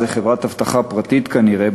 זו חברת אבטחה פרטית כנראה,